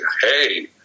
Hey